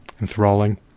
enthralling